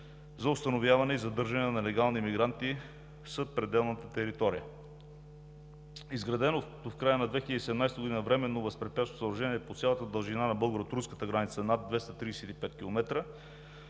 за установяване и задържане на нелегални емигранти в съпределната територия; изграденото в края на 2017 г. временно възпрепятстващо съоръжение по цялата дължина на българо-турската граница над 235 км